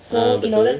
ah betul